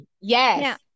Yes